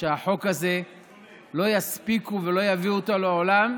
שלא יספיקו ולא יביאו את החוק הזה לעולם,